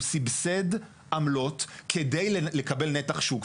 הוא סבסד עמלות כדי לקבל נתח שוק.